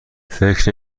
فکر